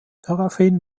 daraufhin